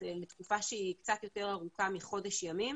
לתקופה שהיא קצת יותר ארוכה מחודש ימים.